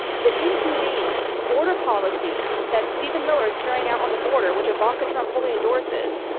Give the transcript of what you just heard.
the inhumane border policy that steven miller is carrying out on the border, which ivanka trump fully endorses,